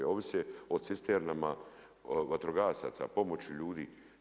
Ovise o cisternama vatrogasaca, pomoći ljudi.